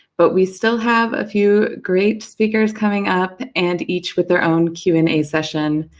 but we still have a few great speakers coming up, and each with their own q and a session,